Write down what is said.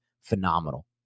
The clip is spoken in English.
Phenomenal